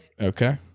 okay